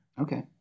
Okay